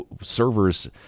servers